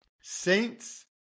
Saints